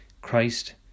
Christ